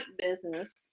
business